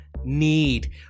need